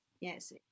yes